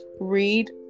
Read